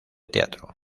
teatro